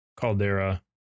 Caldera